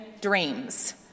Dreams